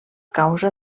causa